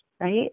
Right